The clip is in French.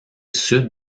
sud